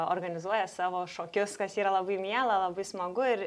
organizuoja savo šokius kas yra labai miela labai smagu ir